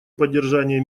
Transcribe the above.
поддержание